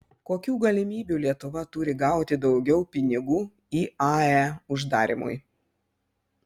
kokių galimybių lietuva turi gauti daugiau pinigų iae uždarymui